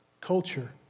culture